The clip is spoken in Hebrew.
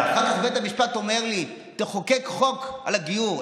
ואחר כך בית המשפט אומר לי: תחוקק חוק על הגיור.